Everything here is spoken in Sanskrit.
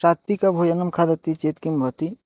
सात्विकभोजनं खादति चेत् किं भवति